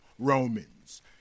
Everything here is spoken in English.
Romans